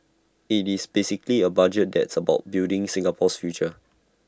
IT is basically A budget that's about building Singapore's future